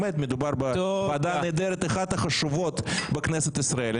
באמת מדובר בוועדה אחת החשובות בכנסת ישראל.